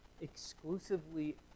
exclusively